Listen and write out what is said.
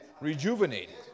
Rejuvenated